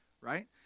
right